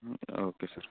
okay sir